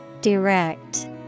direct